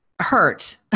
hurt